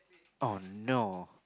oh no